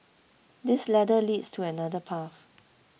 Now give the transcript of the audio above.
this ladder leads to another path